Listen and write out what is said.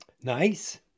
Nice